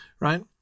right